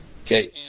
Okay